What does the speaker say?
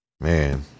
man